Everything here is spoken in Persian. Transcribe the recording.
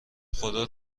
خدا